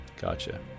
Gotcha